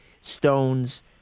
stones